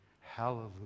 Hallelujah